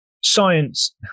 science